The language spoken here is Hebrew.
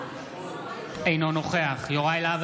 אינו נוכח יוראי להב